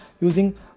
using